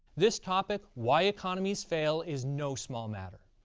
this topic, why economies fail, is no small matter.